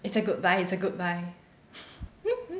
it's a good buy it's a good buy